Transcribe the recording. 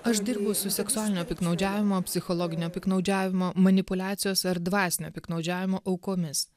aš dirbu su seksualinio piktnaudžiavimo psichologinio piktnaudžiavimo manipuliacijos ar dvasinio piktnaudžiavimo aukomis